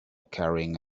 carrying